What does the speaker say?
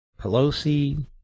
Pelosi